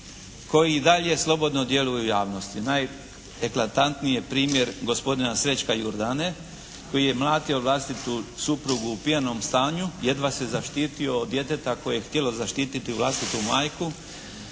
koji i dalje slobodno djeluju u javnosti. Najeklatantniji je primjer gospodina Srećka Jurdane koji je mladio vlastitu suprugu u pijanom stanju, jedva se zaštitio od djeteta koje je htjelo zaštititi vlastitu majku